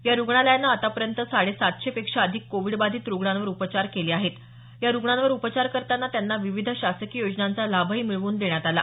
या रुग्णालयानं आतापर्यंत साडे सातशे पेक्षा अधिक कोविडबाधित रुग्णांवर उपचार केले आहेत या रुग्णांवर उपचार करताना त्यांना विविध शासकीय योजनांचा लाभही मिळवून देण्यात आला